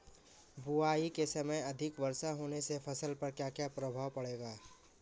बुआई के समय अधिक वर्षा होने से फसल पर क्या क्या प्रभाव पड़ेगा?